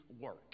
work